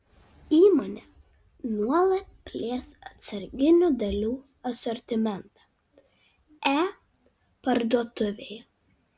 įmonė nuolat plės atsarginių dalių asortimentą e parduotuvėje